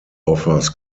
offers